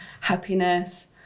happiness